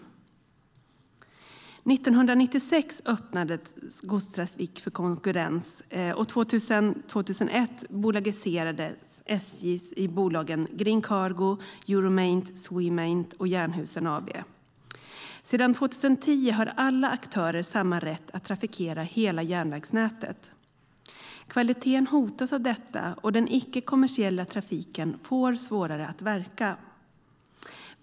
År 1996 öppnades godstrafik för konkurrens, och år 2000/2001 bolagiserades SJ i bolagen Green Cargo AB, Euromaint AB, Swemaint AB och Jernhusen AB. Sedan 2010 har alla aktörer samma rätt att trafikera hela järnvägsnätet. Kvaliteten hotas av detta, och den icke-kommersiella trafiken får svårare att verka.